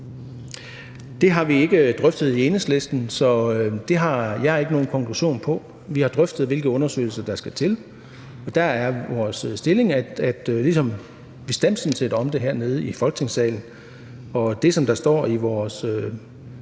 Det har vi ikke drøftet i Enhedslisten, så det har jeg ikke nogen konklusion på. Vi har drøftet, hvilke undersøgelser der skal til, og vores stilling er sådan, som vi sådan set stemte om det hernede i Folketingssalen. Og det, der står i vores